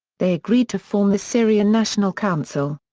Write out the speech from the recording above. they agreed to form the syrian national council.